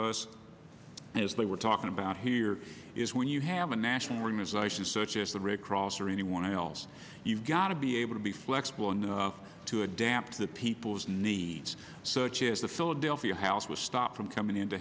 us as they were talking about here is when you have a national organization such as the red cross or anyone else you've got to be able to be flexible enough to adapt to the people's needs such as the philadelphia house was stopped from coming in to